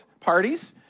parties